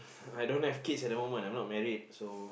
I don't have kids at the moment I'm not married so